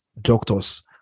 doctors